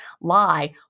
lie